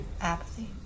Apathy